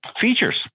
Features